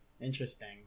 Interesting